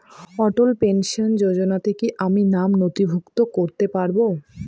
অটল pension যোজনাতে কি আমি নাম নথিভুক্ত করতে পারবো?